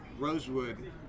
Rosewood